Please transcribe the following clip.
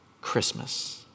Christmas